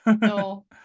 No